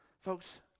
Folks